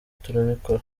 turabikora